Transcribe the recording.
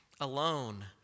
alone